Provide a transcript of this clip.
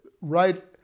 right